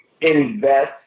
Invest